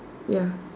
ya